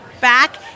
back